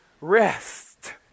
rest